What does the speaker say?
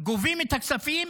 גובים את הכספים,